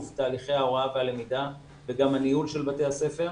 תהליכי ההוראה והלמידה וגם הניהול של בתי הספר.